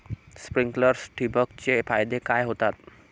Sprinklers ठिबक चे फायदे काय होतात?